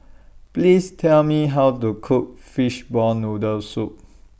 Please Tell Me How to Cook Fishball Noodle Soup